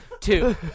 Two